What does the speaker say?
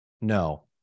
no